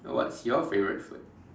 what's your favorite food